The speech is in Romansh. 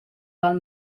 val